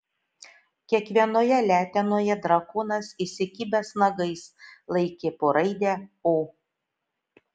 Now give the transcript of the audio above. kiekvienoje letenoje drakonas įsikibęs nagais laikė po raidę o